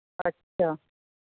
अच्छा